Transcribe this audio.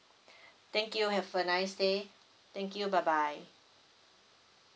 thank you have a nice day thank you bye bye